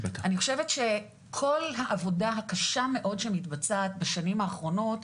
אני חושבת שכל העבודה הקשה מאוד שמתבצעת בשנים האחרונות,